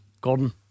Gordon